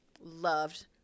loved